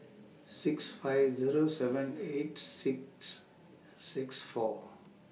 six five Zero seven eight six six four